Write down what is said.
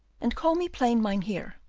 and call me plain mynheer.